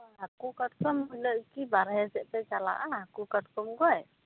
ᱦᱟᱹᱠᱩ ᱠᱟᱴᱠᱚᱢ ᱦᱤᱞᱳᱜ ᱠᱤ ᱵᱟᱨᱦᱮ ᱥᱮᱡ ᱯᱮ ᱪᱟᱞᱟᱜᱼᱟ ᱦᱟᱹᱠᱩ ᱠᱟᱴᱠᱚᱢ ᱜᱚᱡ